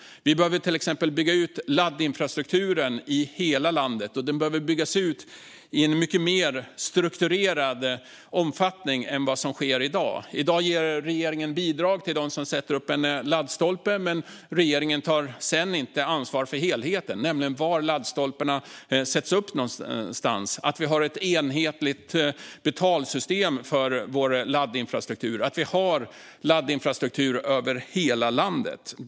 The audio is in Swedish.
Vi behöver till exempel bygga ut laddinfrastrukturen i hela landet, och det måste ske i en mycket mer strukturerad omfattning än vad som sker i dag. I dag ger regeringen bidrag till dem som sätter upp laddstolpar, men regeringen tar sedan inget ansvar för helheten. Det handlar om var laddstolparna sätts upp, om att ha ett enhetligt betalsystem för vår laddinfrastruktur och om att ha laddinfrastruktur över hela landet.